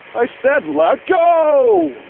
i said let go!